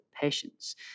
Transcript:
patience